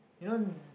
you know